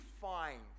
find